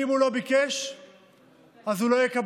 ואם הוא לא ביקש אז הוא לא יקבל.